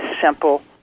simple